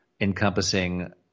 encompassing